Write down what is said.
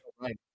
Right